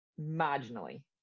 marginally